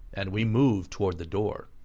and we moved towards the door.